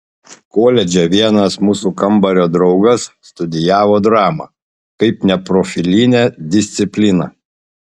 koledže vienas mūsų kambario draugas studijavo dramą kaip neprofilinę discipliną